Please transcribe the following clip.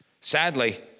Sadly